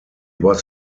was